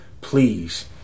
please